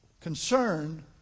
concerned